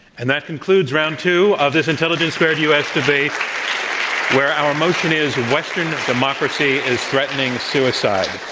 and that concludes round two of this intelligence squared u. s. debate where our motion is western democracy is threatening suicide.